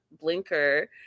blinker